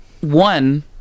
one